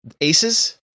Aces